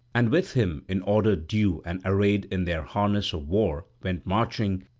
and with him in order due and arrayed in their harness of war went marching,